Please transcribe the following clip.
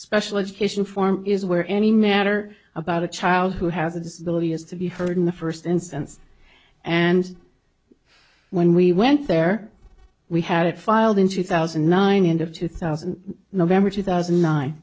special education form is where any matter about a child who has a disability is to be heard in the first instance and when we went there we had it filed in two thousand and nine end of two thousand and november two thousand